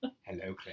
Hello